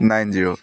nine zero